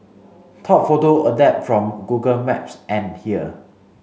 top photo adapted from Google Maps and here